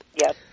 Yes